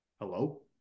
hello